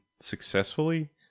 Successfully